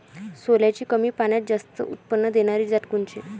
सोल्याची कमी पान्यात जास्त उत्पन्न देनारी जात कोनची?